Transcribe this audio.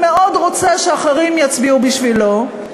ומאוד רוצה שאחרים יצביעו בשבילו.